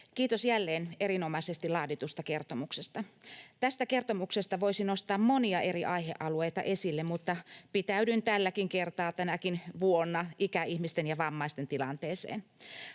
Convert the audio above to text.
Kiitos jälleen erinomaisesti laaditusta kertomuksesta. Tästä kertomuksesta voisi nostaa monia eri aihealueita esille, mutta pitäydyn tälläkin kertaa tänäkin vuonna ikäihmisten ja vammaisten tilanteessa.